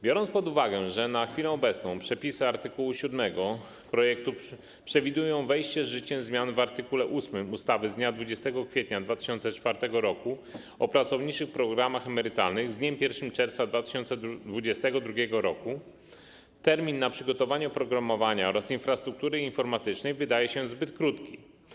Biorąc pod uwagę, że na chwilę obecną przepisy art. 7 projektu przewidują wejście w życie zmian w art. 8 ustawy z dnia 20 kwietnia 2004 r. o pracowniczych programach emerytalnych z dniem 1 czerwca 2022 r., termin na przygotowanie oprogramowania oraz infrastruktury informatycznej wydaje się zbyt krótki.